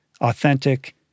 authentic